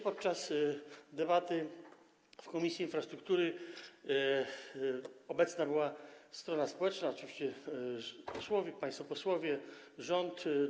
Podczas debaty w Komisji Infrastruktury obecna była strona społeczna, oczywiście też państwo posłowie i rząd.